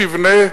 תבנה.